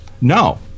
No